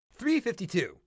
352